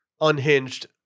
unhinged